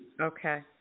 Okay